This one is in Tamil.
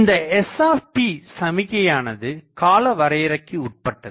இந்த s சமிக்கையானது கால வரையறைக்கு உட்பட்டது